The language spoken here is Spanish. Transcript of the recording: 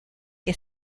que